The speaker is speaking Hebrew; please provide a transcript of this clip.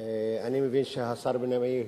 אני מבין שהשר וילנאי,